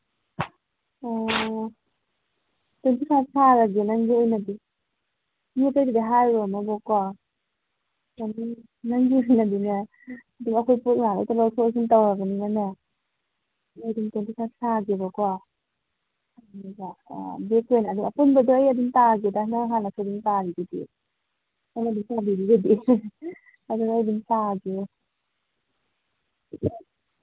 ꯑꯣ twenty five ꯁꯥꯔꯁꯦ ꯅꯪꯒꯤ ꯑꯣꯏꯅꯗꯤ ꯃꯤ ꯑꯇꯩꯗꯗꯤ ꯍꯥꯏꯔꯨꯔꯅꯣꯕꯀꯣ ꯅꯪꯒꯤ ꯑꯣꯏꯅꯗꯤꯅꯦ ꯂꯧꯊꯣꯛ ꯂꯧꯁꯤꯟ ꯇꯧꯔꯕꯅꯤꯅꯅꯦ ꯑꯗꯨꯝ ꯇ꯭ꯋꯦꯟꯇꯤ ꯐꯥꯏꯚ ꯁꯥꯒꯦꯕꯀꯣ ꯑꯗꯨꯒ ꯕꯦꯛꯀꯤ ꯑꯣꯏꯅ ꯑꯗꯨ ꯑꯄꯨꯟꯕꯗ ꯑꯩ ꯑꯗꯨꯝ ꯇꯥꯒꯦꯗ ꯅꯪ ꯍꯥꯟꯅꯁꯨ ꯑꯗꯨꯝ ꯇꯥꯔꯤꯗꯨꯗꯤ ꯑꯗꯨꯅ ꯑꯩ ꯑꯗꯨꯝ ꯇꯥꯒꯦ